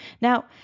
Now